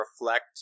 reflect